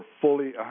fully